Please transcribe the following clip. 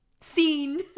scene